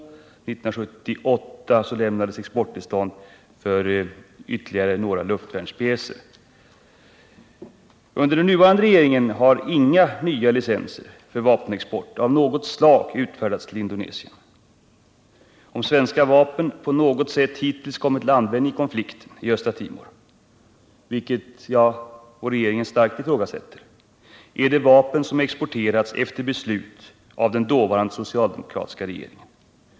1978 lämnades exporttillstånd för ytterligare några luftvärnspjäser. Under den nuvarande regeringens tid har inga nya licenser för vapenexport av något slag till Indonesien utfärdats. Om svenska vapen på något sätt kommit till användning på Östra Timor, vilket jag och regeringen starkt ifrågasätter, är det vapen som exporterats efter beslut av den dåvarande socialdemokratiska regeringen.